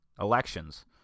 elections